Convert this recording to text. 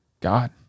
God